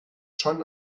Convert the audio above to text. schon